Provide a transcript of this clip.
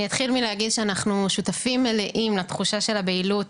אני אתחיל מלהגיד שאנחנו שותפים מלאים לתחושה של הבהילות,